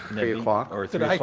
o'clock or three like